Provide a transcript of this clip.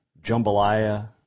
jambalaya